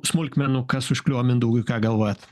smulkmenų kas užkliuvo mindaugui ką galvojat